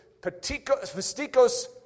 pasticos